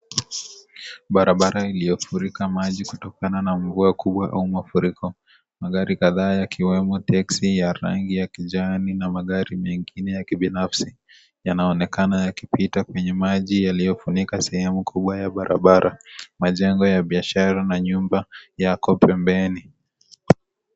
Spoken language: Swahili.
Barabara iliyofurika maji kutokana na mvua kubwa au mafuriko. Magari kadhaa yakiwemo teksi ya rangi ya kijani na magari mengine ya kibinafsi, yanaonekana yakipita kwenye maji yaliyofunika sehemu kubwa ya barabara. Majengo ya biashara na nyumba yako pembeni.